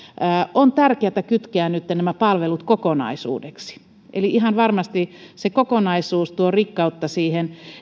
on tärkeätä kytkeä nytten nämä palvelut kokonaisuudeksi eli ihan varmasti kokonaisuus tuo rikkautta siihen